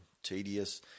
Tedious